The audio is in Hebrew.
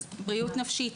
אז בריאות נפשית,